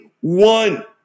one